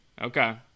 Okay